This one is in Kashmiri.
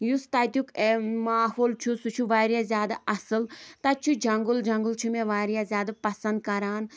یُس تَتیُک ماحول چھُ سُہ چھُ واریاہ زیادٕ اَصٕل تَتہِ چھُ جنگُل جنگُل چھُ مےٚ واریاہ زیادٕ پسنٛد کران